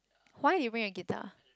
why did you bring a guitar